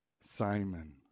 Simon